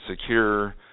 secure